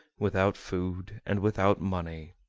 without food, and without money.